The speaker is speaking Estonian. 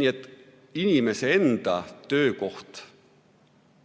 Nii et inimese enda töökoht